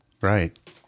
Right